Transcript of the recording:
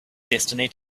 destiny